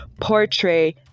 portray